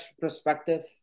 perspective